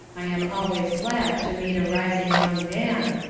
i am always glad to meet a rising young man,